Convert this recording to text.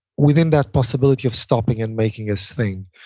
within that possibility of stopping and making us think.